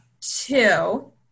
two